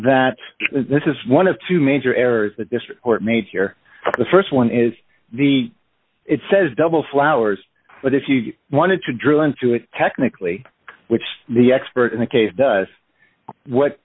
that this is one of two major errors the district court made here the st one is it says double flowers but if you wanted to drill into it technically which the expert in the case does what